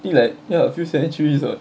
then like ya a few centuries